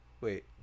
Wait